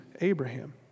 Abraham